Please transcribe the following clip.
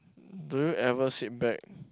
do you ever sit back